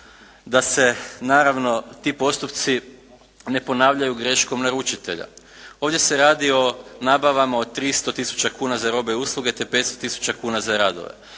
da se naravno ti postupci ne ponavljaju greškom naručitelja. Ovdje se radi o nabavama od 300 tisuća kuna za robe i usluge te 500 tisuća kuna za radove.